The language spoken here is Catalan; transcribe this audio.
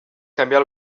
canviar